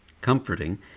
Comforting